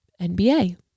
NBA